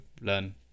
learn